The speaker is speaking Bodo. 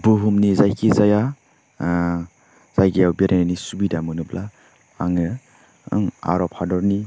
बुहुमनि जायखि जाया जायगायाव बेरायनायनि सुबिदा मोनोब्ला आङो आं आरप हादरनि